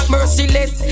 Merciless